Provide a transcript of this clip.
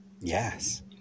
Yes